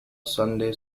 sunday